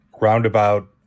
roundabout